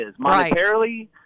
monetarily